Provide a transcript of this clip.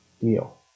deal